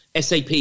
SAP